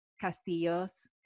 Castillo's